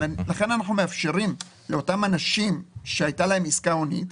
לכן אנחנו מאפשרים לאותם אנשים שהייתה להם עסקה הונית,